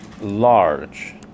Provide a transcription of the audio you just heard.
large